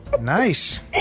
Nice